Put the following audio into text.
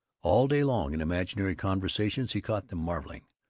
all day long in imaginary conversations he caught them marveling,